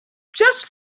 just